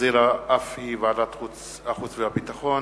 שהחזירה ועדת החוץ והביטחון,